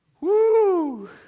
Woo